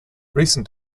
recent